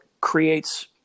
creates